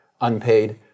unpaid